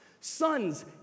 Sons